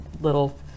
little